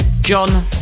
John